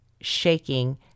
shaking